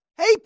Hey